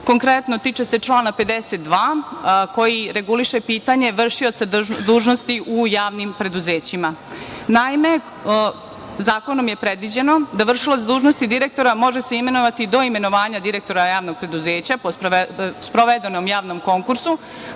Konkretno, tiče se člana 52. koji reguliše pitanje vršioca dužnosti u javnim preduzećima. Naime, zakonom je predviđeno da vršilac dužnosti direktora može se imenovati do imenovanja direktora javnog preduzeća po sprovedenom javnom konkursu,